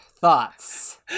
thoughts